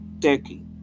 turkey